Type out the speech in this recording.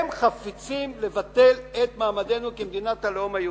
הם חפצים לבטל את מעמדנו כמדינת הלאום היהודית.